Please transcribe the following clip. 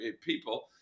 people